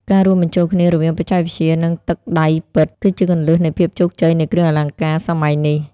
ការរួមបញ្ចូលគ្នារវាងបច្ចេកវិទ្យា និងទឹកដៃពិត គឺជាគន្លឹះនៃភាពជោគជ័យនៃគ្រឿងអលង្ការសម័យនេះ។